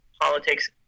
politics